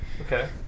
Okay